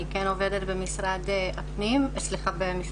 אני עובדת במשרד הבריאות.